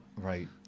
Right